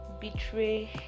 betray